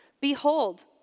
Behold